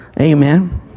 amen